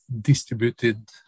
distributed